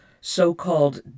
so-called